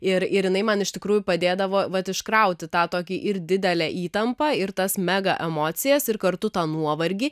ir ir jinai man iš tikrųjų padėdavo vat iškrauti tą tokį ir didelę įtampą ir tas mega emocijas ir kartu tą nuovargį